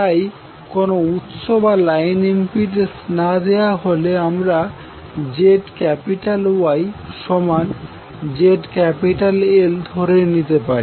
তাই কোনও উৎস বা লাইন ইম্পিডেন্স না দেওয়া হলেও আমরা ZYZL ধরে নিতে পারি